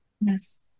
Yes